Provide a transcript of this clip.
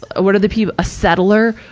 ah what are the people, a settler?